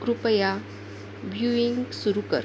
कृपया भ्यूइंग सुरू कर